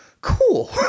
cool